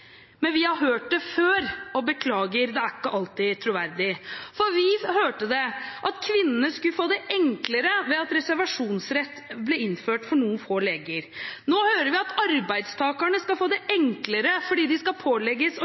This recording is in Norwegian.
men vi har hørt det før, og – beklager! – det er ikke alltid troverdig. Vi hørte at kvinnene skulle få det enklere ved at reservasjonsrett ble innført for noen få leger. Vi hører at arbeidstakerne skal få det enklere fordi de skal pålegges å jobbe mer og